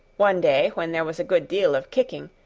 one day, when there was a good deal of kicking,